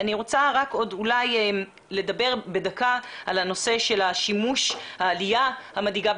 אני רוצה לדווח שאנחנו במשרד הבריאות בתקופה הזאת